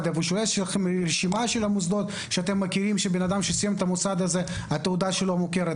ויש לו רשימה של המוסדות שאדם שסיים בהם התעודה שלו מוכרת.